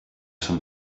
some